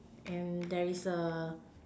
and there is a